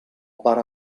pare